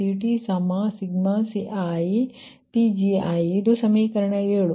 CTi1mCi ಇದು ಸಮೀಕರಣ 7